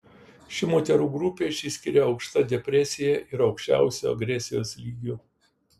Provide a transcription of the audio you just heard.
ši moterų grupė išsiskiria aukšta depresija ir aukščiausiu agresijos lygiu